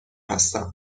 هستم